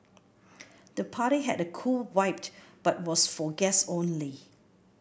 the party had a cool vibe but was for guests only